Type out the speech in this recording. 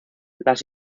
las